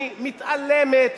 אני מתעלמת,